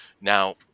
Now